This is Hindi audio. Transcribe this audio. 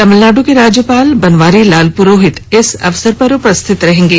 तमिलनाडु के राज्यपाल बनवारी लाल प्रोहित इस अवसर पर उपस्थित रहेंगे